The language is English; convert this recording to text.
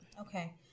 okay